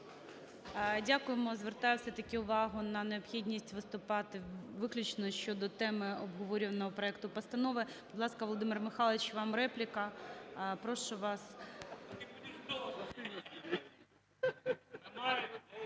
Дякуємо. Звертаю все-таки увагу на необхідність виступати виключно щодо теми обговорюваного проекту постанови. Будь ласка, Володимир Михайлович, вам репліка. Прошу вас.